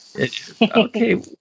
Okay